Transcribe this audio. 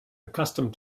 accustomed